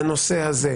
בנושא הזה,